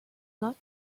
not